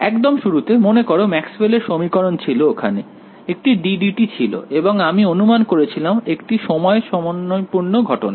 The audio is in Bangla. একদম শুরুতে মনে করো ম্যাক্সওয়েলের সমীকরণ ছিল ওখানে একটি ddt ছিল এবং আমি অনুমান করেছিলাম একটি সময় সমন্বয়পূর্ণ ঘটনা